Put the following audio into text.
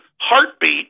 heartbeat